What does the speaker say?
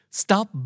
stop